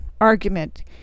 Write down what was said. argument